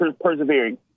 persevering